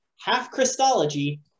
half-Christology-